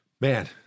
Man